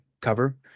cover